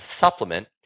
supplement